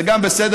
זה גם בסדר.